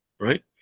right